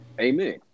Amen